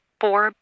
four